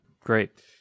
great